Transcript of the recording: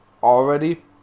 already